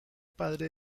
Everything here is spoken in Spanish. padre